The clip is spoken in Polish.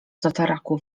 tataraku